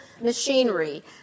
machinery